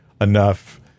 enough